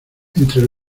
entre